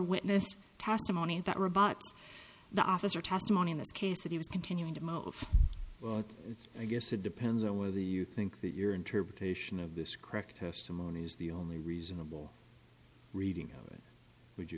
witness testimony that robots the officer testimony in this case that he was continuing to move it's a guess it depends on whether you think that your interpretation of this correct testimony is the only reasonable reading of it would you